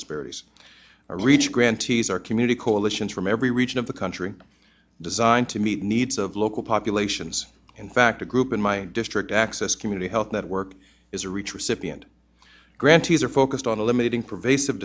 disparities or reach grantees or community coalitions from every region of the country designed to meet the needs of local populations in fact a group in my district access community health network is a reach recipient grantees are focused on eliminating pervasive